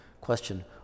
question